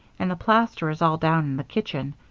and the plaster is all down in the kitchen,